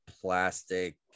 plastic